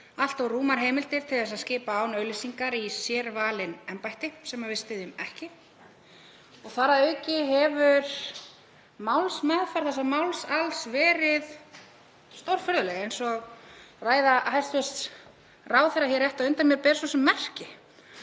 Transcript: allt of rúmar heimildir til að skipa án auglýsingar í sérvalin embætti, sem við styðjum ekki. Þar að auki hefur málsmeðferð þessa máls alls verið stórfurðuleg eins og ræða hæstv. ráðherra hér rétt á undan mér ber svo sem merki.